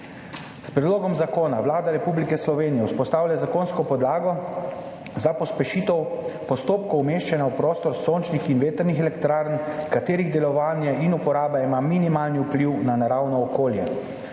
S predlogom zakona Vlada Republike Slovenije vzpostavlja zakonsko podlago za pospešitev postopkov umeščanja v prostor sončnih in vetrnih elektrarn, katerih delovanje in uporaba ima minimalni vpliv na naravno okolje.